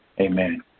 Amen